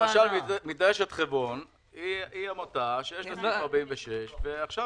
למשל מדרשת חברון היא עמותה שיש לה אישור לעניין סעיף 46 ועכשיו